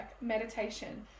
meditation